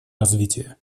развития